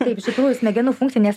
taip iš tikrųjų smegenų funkcija nes